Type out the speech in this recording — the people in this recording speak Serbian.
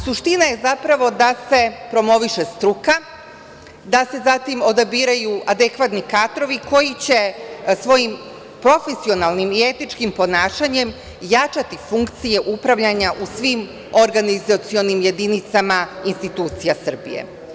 Suština je zapravo da se promoviše struka, da se zatim odabiraju adekvatni kadrovi koji će svojim profesionalnim i etičkim ponašanjem jačati funkcije upravljanja u svim organizacionim jedinicama institucija Srbije.